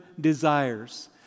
desires